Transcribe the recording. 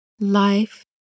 Life